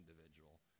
individual